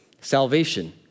salvation